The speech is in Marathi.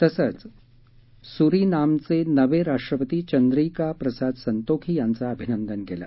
तसेच सुरिनामचे नवे राष्ट्रपती चंद्रिका प्रसाद संतोखी यांचे अभिनंदन केले